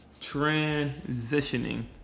transitioning